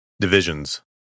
Divisions